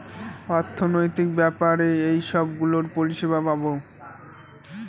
অর্থনৈতিক ব্যাপারে এইসব গুলোর পরিষেবা পাবো